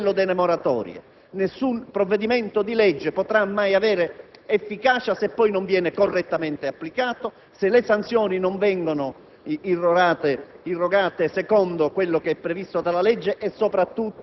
quello dell'applicazione delle norme, dell'irrogazione delle sanzioni e delle moratorie. Nessun provvedimento di legge potrà mai avere efficacia se non viene correttamente applicato, se le sanzioni non vengono